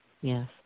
yes